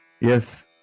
Yes